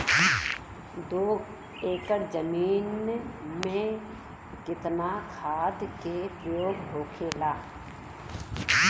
दो एकड़ जमीन में कितना खाद के प्रयोग होखेला?